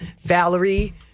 Valerie